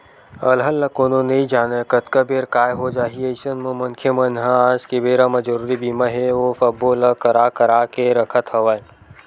अलहन ल कोनो नइ जानय कतका बेर काय हो जाही अइसन म मनखे मन ह आज के बेरा म जरुरी बीमा हे ओ सब्बो ल करा करा के रखत हवय